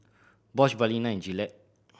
Bosch Balina and Gillette